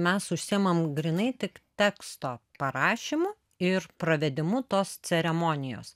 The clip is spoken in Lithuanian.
mes užsiimam grynai tik teksto parašymu ir pravedimu tos ceremonijos